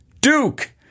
Duke